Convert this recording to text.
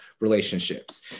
relationships